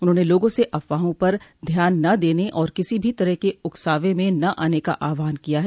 उन्होंने लोगों से अफवाहों पर ध्यान न देने और किसी भी तरह के उकसावें में न आने का आहवान किया है